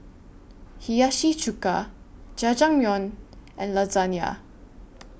Hiyashi Chuka Jajangmyeon and Lasagne